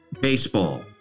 BASEBALL